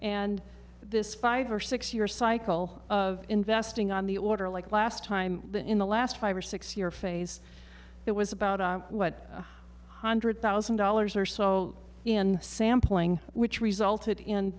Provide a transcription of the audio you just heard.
and this five or six year cycle of investing on the order like last time that in the last five or six year phase that was about what hundred thousand dollars or so in sampling which resulted in